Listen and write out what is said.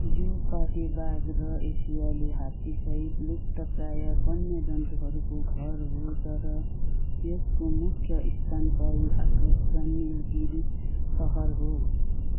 यो पाटे बाघ र एसियाली हात्तीसहित लुप्तप्रायः वन्यजन्तुहरूको घर हो तर यसको मुख्य स्तनपायी आकर्षण निलगिरी तहर हो